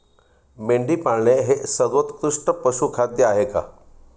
मेंढी पाळणे हे सर्वोत्कृष्ट पशुखाद्य आहे का?